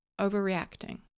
overreacting